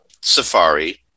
Safari